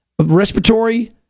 respiratory